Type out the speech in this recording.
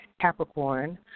Capricorn